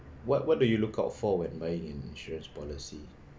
what what do you look out for when buying insurance policy